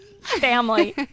family